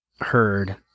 heard